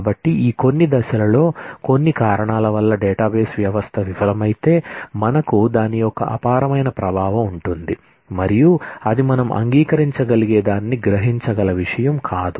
కాబట్టి ఈ కొన్ని దశలలో కొన్ని కారణాల వల్ల డేటాబేస్ వ్యవస్థ విఫలమైతే మనకు దాని యొక్క అపారమైన ప్రభావం ఉంటుంది మరియు అది మనం అంగీకరించగలిగేదాన్ని గ్రహించగల విషయం కాదు